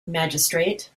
magistrate